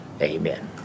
Amen